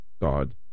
God